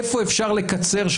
איפה אפשר לקצר,